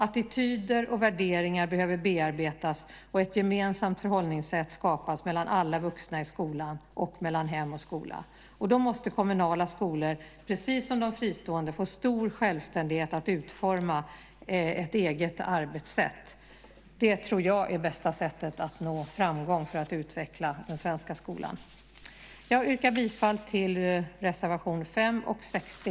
Attityder och värderingar behöver bearbetas, och ett gemensamt förhållningssätt behöver skapas mellan alla vuxna i skolan och mellan hem och skola. Då måste kommunala skolor, precis som de fristående, få stor självständighet att utforma ett eget arbetssätt. Det tror jag är bästa sättet att nå framgång för att utveckla den svenska skolan. Jag yrkar bifall till reservationerna 5 och 60.